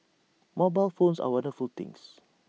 mobile phones are wonderful things